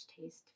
taste